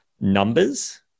numbers